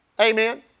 Amen